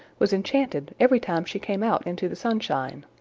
was enchanted every time she came out into the sunshine.